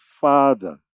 father